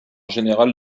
général